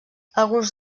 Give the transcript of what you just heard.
alguns